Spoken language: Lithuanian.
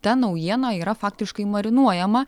ta naujiena yra faktiškai marinuojama